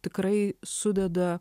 tikrai sudeda